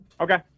Okay